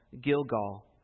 Gilgal